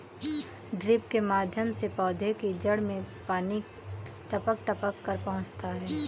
drip के माध्यम से पौधे की जड़ में पानी टपक टपक कर पहुँचता है